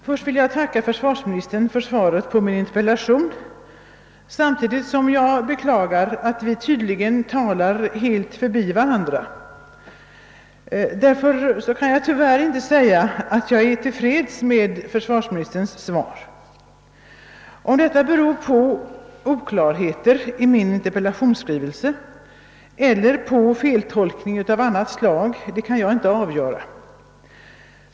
Herr talman! Jag vill tacka försvars ministern för svaret på min interpellation samtidigt som jag beklagar att vi tydligen talar helt förbi varandra. Därför kan jag tyvärr inte säga att jag är till freds med försvarsministerns svar. Om detta beror på oklarheter i min interpellation eller på feltolkning av annat slag kan jag inte avgöra.